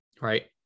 right